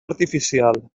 artificial